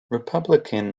republican